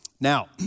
Now